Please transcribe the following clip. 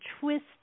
twist